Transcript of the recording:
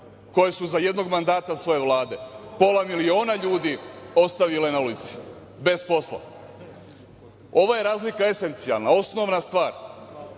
koje su za jednog mandata svoje vlade, pola miliona ljudi ostavilo na ulici, bez posla. Ovo je razlika esencijalna, osnovna stvar,